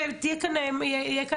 זה יהיה כאן בוועדה,